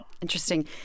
Interesting